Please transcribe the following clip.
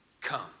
come